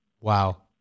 Wow